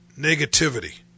negativity